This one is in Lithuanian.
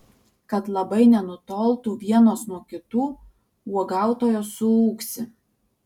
kad labai nenutoltų vienos nuo kitų uogautojos suūksi